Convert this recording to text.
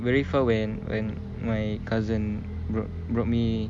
very far when when my cousin brought brought me